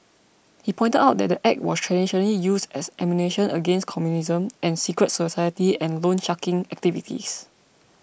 he pointed out that the Act was traditionally used as ammunition against communism and secret society and loansharking activities